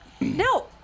No